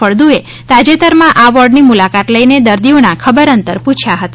ફળદુએ તાજેતરમાં આ વોર્ડની મુલાકાત લઇને દર્દીઓના ખબર અંતર પૂછયા હતા